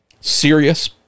serious